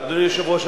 אדוני היושב-ראש,